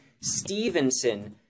Stevenson